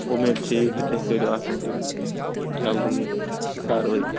اُمید چھِ یہِ کہ تُہۍ کٔرِو اتھ مُتعلِق جلدی یہِ کاروٲیی